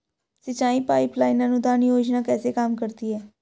सिंचाई pipeline अनुदान योजना कैसे काम करती है?